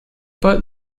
but